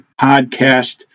podcast